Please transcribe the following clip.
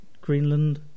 greenland